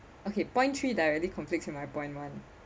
okay point three directly conflicts with my point one